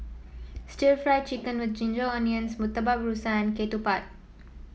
stir Fry Chicken with Ginger Onions Murtabak Rusa and ketupat